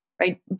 right